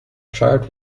child